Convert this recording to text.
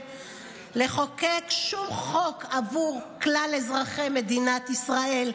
לחוקק שום חוק עבור כלל אזרחי מדינת ישראל,